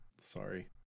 Sorry